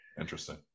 Interesting